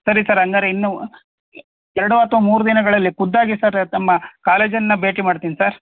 ಸರಿ ಸರ್ ಹಂಗಾರೆ ಇನ್ನು ಎರಡು ಅಥವಾ ಮೂರು ದಿನಗಳಲ್ಲಿ ಖುದ್ದಾಗಿ ಸರ್ ತಮ್ಮ ಕಾಲೇಜನ್ನು ಭೇಟಿ ಮಾಡ್ತೀನಿ ಸರ್